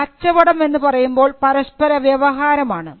കച്ചവടം എന്ന് പറയുമ്പോൾ പരസ്പര വ്യവഹാരം ആണ്